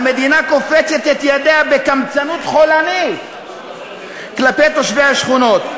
המדינה קופצת את ידיה בקמצנות חולנית כלפי תושבי השכונות.